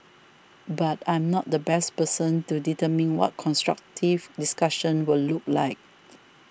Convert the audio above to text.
but I'm not the best person to determine what constructive discussion would look like